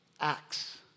Acts